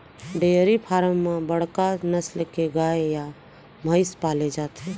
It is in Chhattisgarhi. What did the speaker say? डेयरी फारम म बड़का नसल के गाय या भईंस पाले जाथे